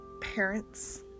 parents